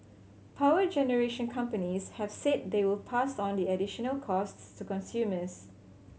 power generation companies have said they will pass on the additional costs to consumers